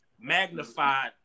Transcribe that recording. magnified